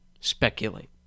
speculate